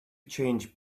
change